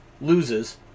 loses